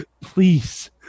Please